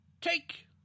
take